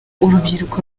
urubyiruko